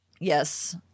Yes